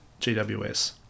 GWS